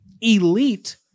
elite